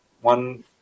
one